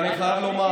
הייתה כבר שלישית?